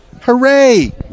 Hooray